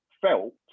felt